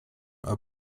are